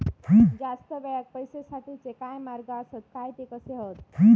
जास्त वेळाक पैशे साठवूचे काय मार्ग आसत काय ते कसे हत?